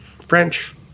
French